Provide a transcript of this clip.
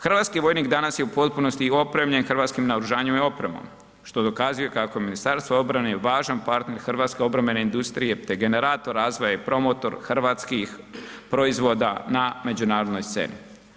Hrvatski vojnik danas je u potpunosti opremljen hrvatskim naoružanjem i opremom, što dokazuje kako Ministarstvo obrane je važan partner hrvatske obrambene industrije te generator razvoja i promotor hrvatskih proizvoda na međunarodnoj sceni.